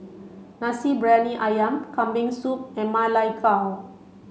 Nasi Briyani Ayam Kambing Soup and Ma Lai Gao